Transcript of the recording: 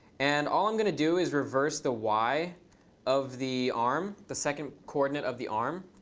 and all i'm going to do is reverse the y of the arm, the second coordinate of the arm.